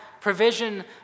Provision